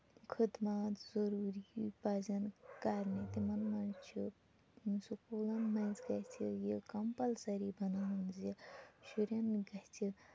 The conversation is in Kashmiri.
خدمات ضٔروٗری پَزَن کَرنہِ تِمَن منٛز چھِ سکوٗلَن منٛز گَژھِ یہِ کَمپَلسٔری بَناوُن زِ شُرٮ۪ن گَژھِ